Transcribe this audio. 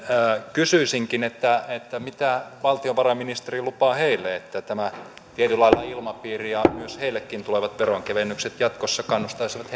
kysyisinkin mitä valtiovarainministeri lupaa heille että tämä tietynlainen ilmapiiri ja myös heille tulevat veronkevennykset jatkossa kannustaisivat